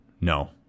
No